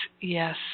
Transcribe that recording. yes